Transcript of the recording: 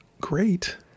great